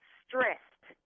stressed